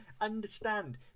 understand